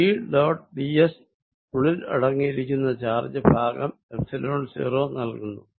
E dot ds ഉള്ളിൽ അടങ്ങിയിരിക്കുന്ന charge ഭാഗം എപ്സിലോൺ 0 നൽകുന്നു